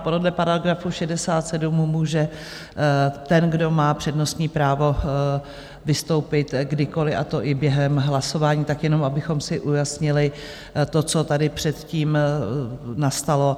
Podle § 67 může ten, kdo má přednostní právo, vystoupit kdykoliv, a to i během hlasování, tak jenom abychom si ujasnili to, co tady předtím nastalo.